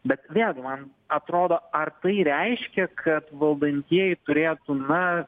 bet vėlgi man atrodo ar tai reiškia kad valdantieji turėtų na